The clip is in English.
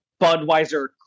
Budweiser